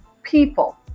People